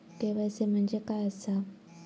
KYC म्हणजे काय आसा?